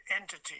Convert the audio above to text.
entity